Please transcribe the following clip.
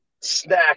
snack